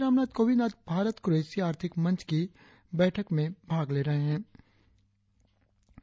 राष्ट्रपति रामनाथ कोविंद आज भारत क्रोएशिया आर्थिक मंच की बैठक में भाग लेंगे